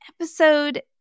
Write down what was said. episode